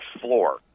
floor